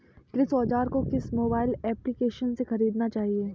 कृषि औज़ार को किस मोबाइल एप्पलीकेशन से ख़रीदना चाहिए?